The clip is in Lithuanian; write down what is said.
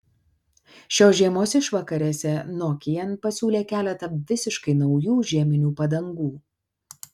šios žiemos išvakarėse nokian pasiūlė keletą visiškai naujų žieminių padangų